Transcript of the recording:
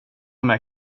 med